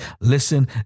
Listen